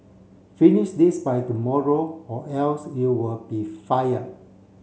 finish this by tomorrow or else you will be fired